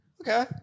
Okay